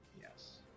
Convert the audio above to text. Yes